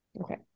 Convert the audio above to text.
Okay